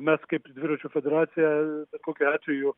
mes kaip dviračių federacija bet kokiu atveju